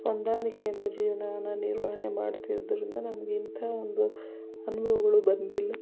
ಹೊಂದಾಣಿಕೆಯಿಂದ ಜೀವನವನ್ನು ನಿರ್ವಹಣೆ ಮಾಡುತ್ತಿರುವುದರಿಂದ ನಮಗೆ ಇಂತಹ ಒಂದು ಅನುಭವಗಳು ಬಂದಿಲ್ಲ